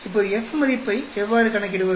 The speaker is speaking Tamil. இப்போது F மதிப்பை எவ்வாறு கணக்கிடுவது